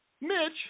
Mitch